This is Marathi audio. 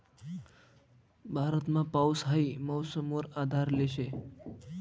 भारतमा पाऊस हाई मौसम वर आधारले शे